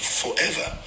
forever